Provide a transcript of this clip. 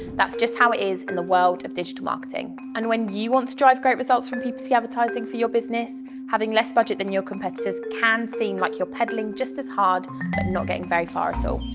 that's just how it is in the world of digital marketing. and when you want to drive great results from ppc advertising for your business having less budget than your competitors can seem like you're pedaling just as hard but not getting very far so